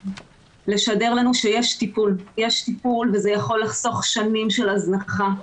לשדר לנו שיש טיפול וזה יכול לחסוך שנים של הזנחה,